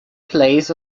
plays